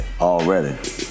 Already